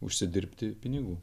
užsidirbti pinigų